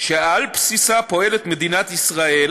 שעל בסיסה פועלת מדינת ישראל